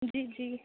جی جی